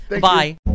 Bye